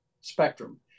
spectrum